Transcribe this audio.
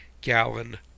gallon